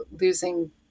losing